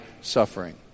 suffering